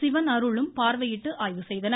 சிவன் அருள் ம் பார்வையிட்டு ஆய்வு செய்தனர்